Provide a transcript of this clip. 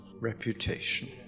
reputation